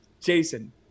Jason